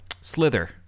Slither